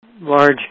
large